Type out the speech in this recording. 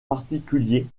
particuliers